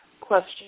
question